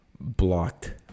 blocked